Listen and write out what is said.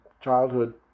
childhood